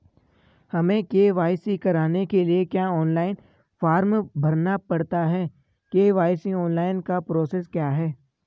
हमें के.वाई.सी कराने के लिए क्या ऑनलाइन फॉर्म भरना पड़ता है के.वाई.सी ऑनलाइन का प्रोसेस क्या है?